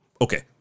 okay